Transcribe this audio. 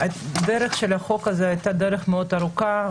הדרך של החוק הזה הייתה דרך מאוד ארוכה.